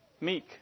meek